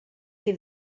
che